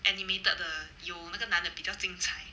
animated 的有那个男的比较精彩